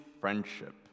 friendship